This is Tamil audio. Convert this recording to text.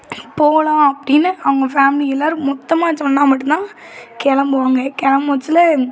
போகலாம் அப்படின்னு அவங்க ஃபேமிலி எல்லாரும் மொத்தமாக எந்திச்சு வந்தா மட்டும் தான் கிளம்புவாங்க கிளம்போச்சுல